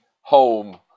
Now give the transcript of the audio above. home